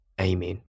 amen